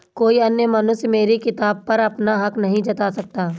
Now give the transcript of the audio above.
कोई अन्य मनुष्य मेरी किताब पर अपना हक नहीं जता सकता